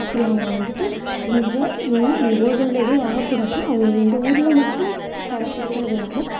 அப்படி அவங்க வந்துட்டு இங்கே ஓசோனில் எதுவும் ஆகக்கூடாதுன்னால் அவங்க இந்த ஊரில் மட்டும் கடைபிடிக்கிறதில்லாமல்